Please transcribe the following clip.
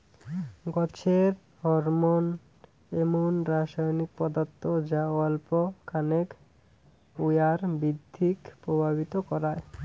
গছের হরমোন এমুন রাসায়নিক পদার্থ যা অল্প খানেক উয়ার বৃদ্ধিক প্রভাবিত করায়